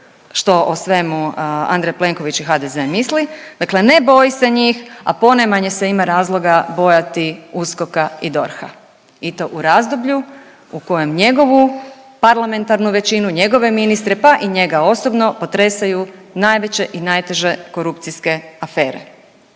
što o svemu Andrej Plenković i HDZ misli, dakle ne boji se njih, a ponajmanje se ima razloga bojati USKOK-a i DORH-a i to u razdoblju u kojem njegovu parlamentarnu većinu, njegove ministre pa i njega osobno potresaju najveće i najteže korupcijske afere.